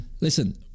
Listen